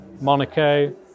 Monaco